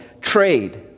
Trade